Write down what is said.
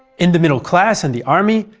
in the middle class and the army,